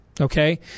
Okay